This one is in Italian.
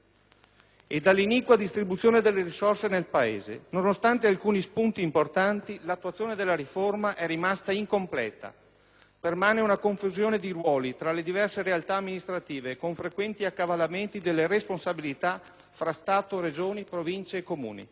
e dell'iniqua distribuzione delle risorse nel Paese. Nonostante alcuni spunti importanti, l'attuazione della riforma è rimasta incompleta. Permane una confusione di ruoli fra le diverse realtà amministrative, con frequenti accavallamenti delle responsabilità fra Stato, Regioni, Province e Comuni.